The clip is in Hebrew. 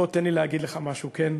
בוא תן לי להגיד לך משהו, כן?